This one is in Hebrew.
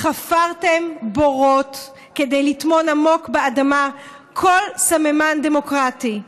חפרתם בורות כדי לטמון עמוק באדמה כל סממן דמוקרטי.